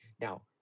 Now